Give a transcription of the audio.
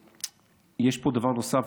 יש פה דבר נוסף.